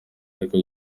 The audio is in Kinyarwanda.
ariko